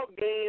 game